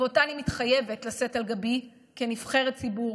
ואותה אני מתחייבת לשאת על גבי כנבחרת ציבור,